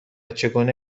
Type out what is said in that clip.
چگونه